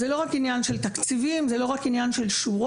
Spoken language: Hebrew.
זהו לא רק עניין של תקציבים או של שורות,